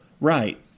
right